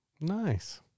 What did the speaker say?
Nice